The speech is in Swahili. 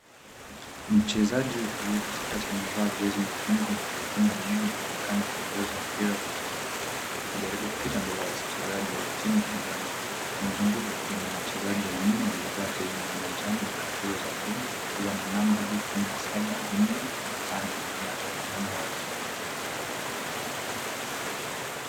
Mchezaji aliye katikati amevaa jezi nyekundu nambari kumi nne na anaonekana akiongoza mpira kwa ustadi, akijaribu kupita mbele ya wachezaji wa timu pinzani. Kwa mzunguko kuna wachezaji wanne waliovaa jezi za manjano na kaptura za buluu wakiwa na nambari kumi na saba, nne na tano zinazoonekana wazi.